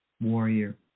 Warrior